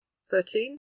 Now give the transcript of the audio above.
Thirteen